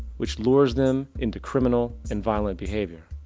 which lures them into criminal and violent behavior.